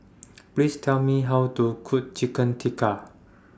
Please Tell Me How to Cook Chicken Tikka